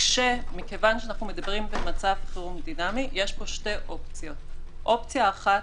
מכיוון שאנחנו מדברים במצב חירום דינמי יש פה שתי אופציות: אופציה אחת,